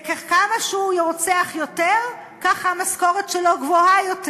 וכמה שהוא רוצח יותר, ככה המשכורת שלו גבוהה יותר.